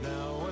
Now